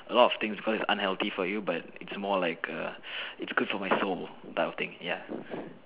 a lot of things because it's unhealthy for you but it's more like a it's good for my soul type of thing ya